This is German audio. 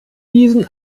diesen